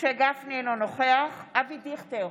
אינו נוכח אבי דיכטר,